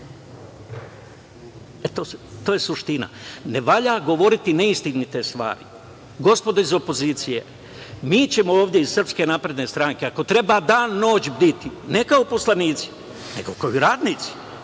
To je suština. Ne valja govoriti neistinite stvari. Gospodo iz opozicije, mi ćemo ovde iz Srpske napredne stranke ako treba dan-noć bditi, ne kao poslanici, nego i kao radnici,